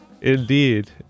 Indeed